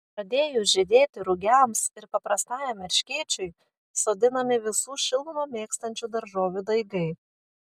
pradėjus žydėti rugiams ir paprastajam erškėčiui sodinami visų šilumą mėgstančių daržovių daigai